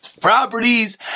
properties